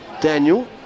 Daniel